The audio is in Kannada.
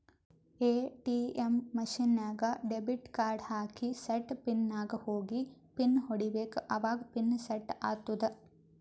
ಎ.ಟಿ.ಎಮ್ ಮಷಿನ್ ನಾಗ್ ಡೆಬಿಟ್ ಕಾರ್ಡ್ ಹಾಕಿ ಸೆಟ್ ಪಿನ್ ನಾಗ್ ಹೋಗಿ ಪಿನ್ ಹೊಡಿಬೇಕ ಅವಾಗ ಪಿನ್ ಸೆಟ್ ಆತ್ತುದ